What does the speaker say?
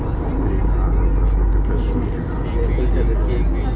ऋण आहार Oprah Winfrey show के कारण लोकप्रिय भेलै